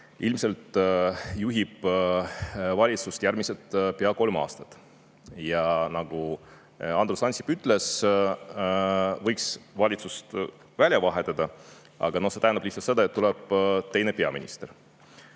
ilmselt juhib valitsust järgmised pea kolm aastat. Nagu Andrus Ansip ütles, võiks valitsuse välja vahetada, aga see tähendab lihtsalt seda, et tuleb teine peaminister.